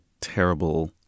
terrible